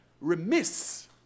remiss